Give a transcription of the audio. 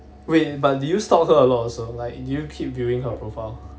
wait but did you stalk her a lot also like you do you keep viewing her profile